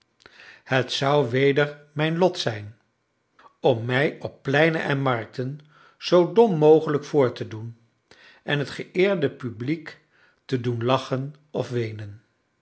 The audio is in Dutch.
het zou weder mijn lot zijn om mij op pleinen en markten zoo dom mogelijk voor te doen en het geëerde publiek te doen lachen of weenen